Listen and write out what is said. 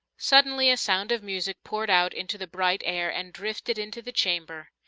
suddenly a sound of music poured out into the bright air and drifted into the chamber.